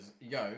Yo